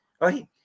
right